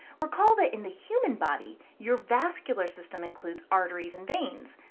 recall that in the human body, your vascular system includes arteries and veins.